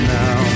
now